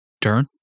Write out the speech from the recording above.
turn